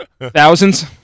thousands